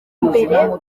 mbere